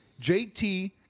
jt